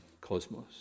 cosmos